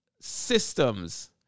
systems